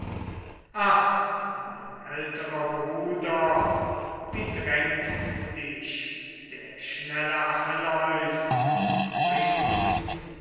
ach mein älterer bruder wie drängt dich der schnelle achilleus